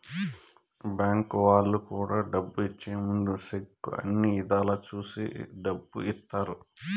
bank వాళ్ళు కూడా డబ్బు ఇచ్చే ముందు సెక్కు అన్ని ఇధాల చూసి డబ్బు ఇత్తారు